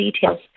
details